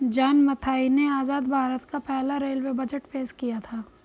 John Mathai ने आजाद भारत का पहला रेलवे बजट पेश किया था